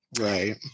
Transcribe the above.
right